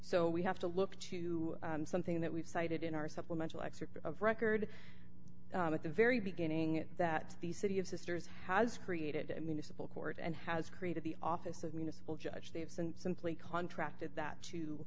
so we have to look to something that we've cited in our supplemental excerpt of record at the very beginning that the city of sisters has created a municipal court and has created the office of municipal judge they have sent simply contracted that to